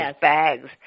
bags